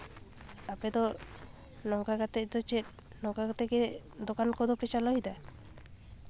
ᱟᱯᱮᱫᱚ ᱱᱚᱝᱠᱟ ᱠᱟᱛᱮ ᱫᱚ ᱪᱮᱫ ᱱᱚᱝᱠᱟ ᱠᱟᱛᱮ ᱜᱮ ᱫᱚᱠᱟᱱ ᱯᱮ ᱪᱟᱹᱞᱩᱭᱮᱫᱟ